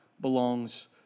belongs